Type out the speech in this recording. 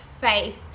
faith